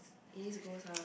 it is gross ah